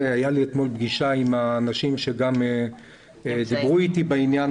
היתה לי פגישה אתמול עם אנשים שדיברו איתי בעניין